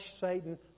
Satan